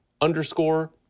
underscore